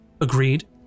Agreed